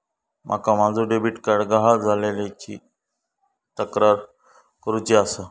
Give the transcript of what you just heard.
माका माझो debit card गहाळ झाल्याची तक्रार करुची आसा